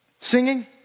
singing